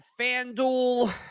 FanDuel